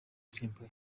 indirimbo